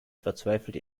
verzweifelt